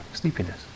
Sleepiness